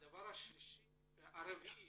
דבר רביעי,